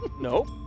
Nope